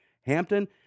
Hampton